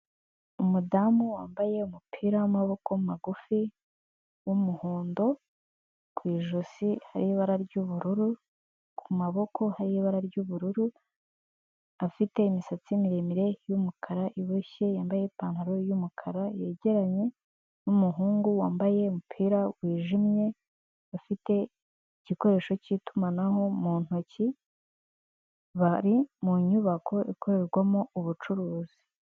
Umudamu wambaye umupira w'amaboko magufi, w'umuhondo, ku ijosi hariho ibara ry'ubururu, ku maboko hariho ibara ry'ubururu, afite imisatsi miremire y'umukara iboshye, yambaye ipantaro y'umukara, yegeranye n'umuhungu wambaye umupira wijimye, ufite igikoresho cy'itumanaho mu ntoki, bari mu nyubako ikorerwamo ubucuruzi.